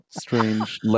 strange